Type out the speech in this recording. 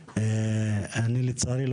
לצערי,